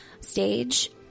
Stage